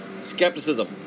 Skepticism